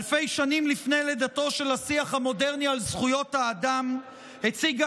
אלפי שנים לפני לידתו של השיח המודרני על זכויות האדם הציגה